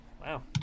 Wow